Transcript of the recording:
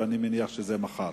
ואני מניח שזה מחר.